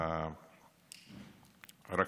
שלא נתרגל.